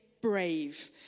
Brave